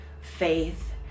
faith